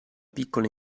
piccola